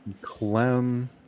Clem